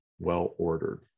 well-ordered